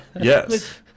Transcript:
Yes